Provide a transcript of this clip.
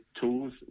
tools